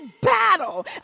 battle